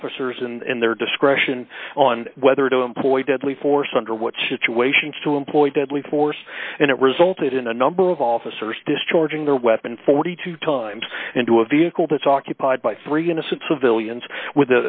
officers and their discretion on whether to employ deadly force under what should to ations to employ deadly force and it resulted in a number of officers discharging their weapon forty two dollars times into a vehicle that's occupied by three innocent civilians with